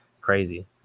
crazy